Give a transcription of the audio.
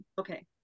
Okay